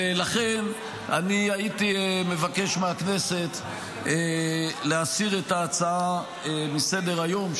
לכן אני הייתי מבקש להסיר את ההצעה מסדר-היום,